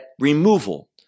removal